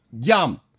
Yum